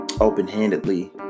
open-handedly